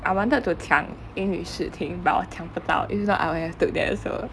I wanted to 抢英语试听 but 我抢不到 if not I would have took that also